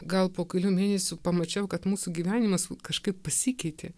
gal po kelių mėnesių pamačiau kad mūsų gyvenimas kažkaip pasikeitė